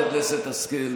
חברת הכנסת השכל,